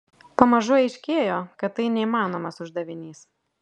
pamažu aiškėjo kad tai neįmanomas uždavinys